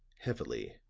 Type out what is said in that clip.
heavily,